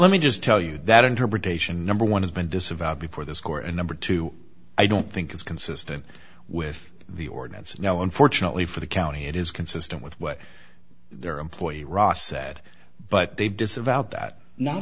let me just tell you that interpretation number one has been disavowed before this court and number two i don't think it's consistent with the ordinance and no unfortunately for the county it is consistent with what their employee ross said but they disavowed that not